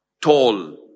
tall